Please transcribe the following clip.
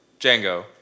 Django